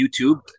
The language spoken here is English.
YouTube